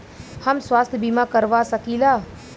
हम स्वास्थ्य बीमा करवा सकी ला?